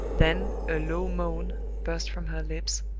then a low moan burst from her lips,